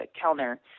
Kellner